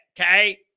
Okay